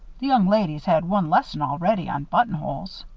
the young lady's had one lesson already on buttonholes.